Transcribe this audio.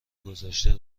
گذشته